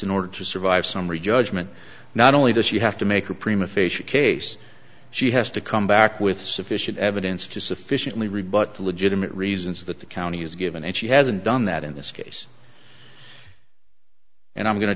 in order to survive summary judgment not only does she have to make a prima facia case she has to come back with sufficient evidence to sufficiently rebut the legitimate reasons that the county has given and she hasn't done that in this case and i'm going to